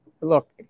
Look